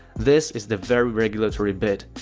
this is the very regulatory bit.